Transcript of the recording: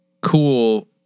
cool